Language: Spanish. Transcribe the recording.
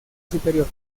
superior